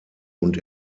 und